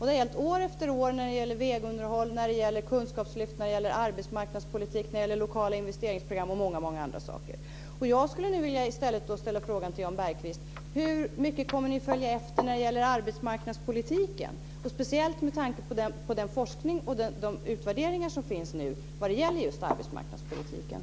Det har hänt år efter år när det gäller vägunderhållning, kunskapslyft, arbetsmarknadspolitik, lokala investeringsprogram och många andra saker. Jag skulle vilja fråga Jan Bergqvist: Hur mycket kommer ni att följa efter när det gäller arbetsmarknadspolitiken, speciellt med tanke på den forskning och de utvärderingar som nu finns vad gäller arbetsmarknadspolitiken?